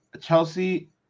Chelsea